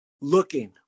looking